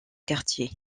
quartier